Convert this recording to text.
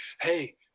hey